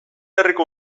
herriko